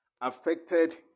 affected